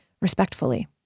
respectfully